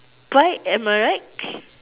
bike am I right